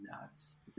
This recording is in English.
nuts